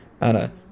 Anna